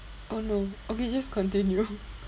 oh no okay just continue